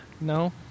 No